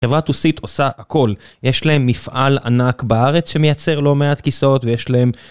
חברה tosit עושה הכל, יש להם מפעל ענק בארץ שמייצר לו מעט כיסאות ויש להם...